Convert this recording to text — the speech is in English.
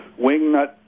wingnut